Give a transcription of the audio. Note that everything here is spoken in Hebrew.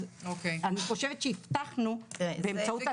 אני חושבת שהבטחנו באמצעות התיקונים.